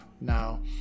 now